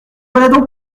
voilà